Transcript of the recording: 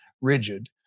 rigid